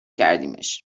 کردیمش